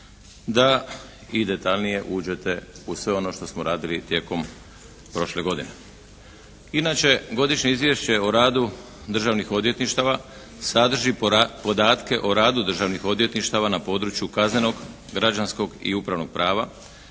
da i detaljnije uđete u sve ono što smo radili tijekom prošle godine. Inače Godišnje izvješće o radu državnih odvjetništava sadrži podatke o radu državnih odvjetništava na području kaznenog, građanskog i upravnog prava,